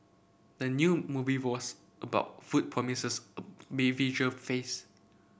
the new movie was about food promises me visual feast